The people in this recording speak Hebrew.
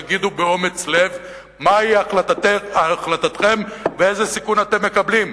תגידו באומץ לב מהי החלטתכם ואיזה סיכון אתם מקבלים.